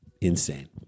Insane